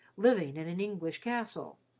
living in an english castle.